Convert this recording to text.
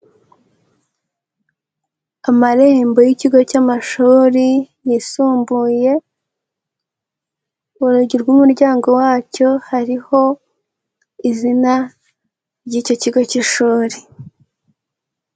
Amarembo y'ikigo cy'amashuri yisumbuye, urugi rw'umuryango wacyo hariho izina ry'iki kigo cy'ishuri.